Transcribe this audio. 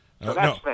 No